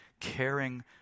caring